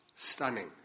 Stunning